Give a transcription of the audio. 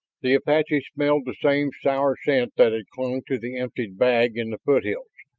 the apache smelled the same sour scent that had clung to the emptied bag in the foothills.